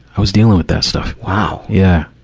i was dealing with that stuff. wow! yeah.